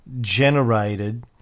generated